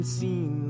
seen